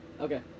Okay